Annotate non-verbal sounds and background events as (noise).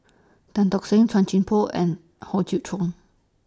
Tan Tock Seng Chuan (unintelligible) Poh and Hock Chew Chong